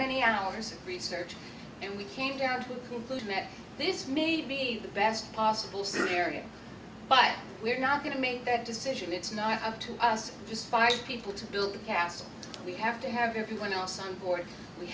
many hours of research and we came down to the conclusion that this may be the best possible syria but we're not going to make that decision it's not up to us just five people to build a castle we have to have everyone else on board we